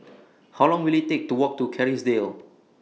How Long Will IT Take to Walk to Kerrisdale